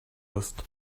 ist